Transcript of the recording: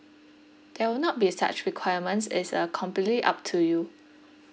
there will not be such requirements is uh completely up to you